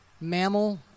mammal